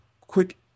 quick